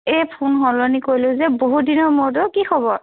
এই ফোন সলনি কৰিলোঁ যে বহুত দিনৰ মূৰত অ' কি খবৰ